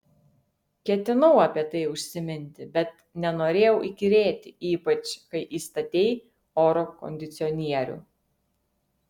ketinau apie tai užsiminti bet nenorėjau įkyrėti ypač kai įstatei oro kondicionierių